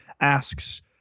Asks